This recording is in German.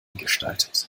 gestaltet